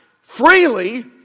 freely